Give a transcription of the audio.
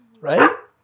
Right